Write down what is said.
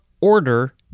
order